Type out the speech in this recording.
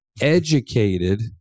educated